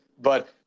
But-